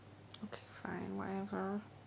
okay fine whatever